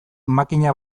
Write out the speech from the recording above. makina